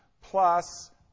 plus